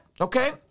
Okay